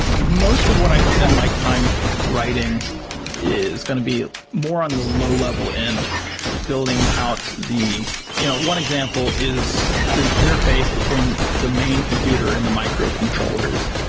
most of what i spend my time writing is going to be more on the low-level end building out the you know one example is the interface between the main computer and the microcontrollers,